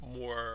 more